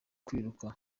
kwiruka